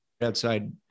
outside